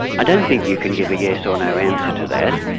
i don't think you can give a yes or no answer to that.